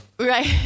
Right